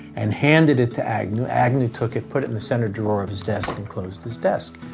and handed it to agnew. agnew took it, put it in the center drawer of his desk and closed his desk.